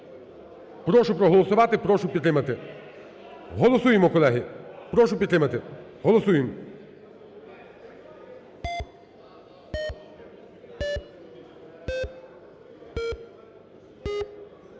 Прошу проголосувати. Прошу підтримати. Голосуємо, колеги. Прошу підтримати. Голосуєм.